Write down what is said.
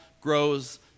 grows